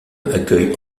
accueille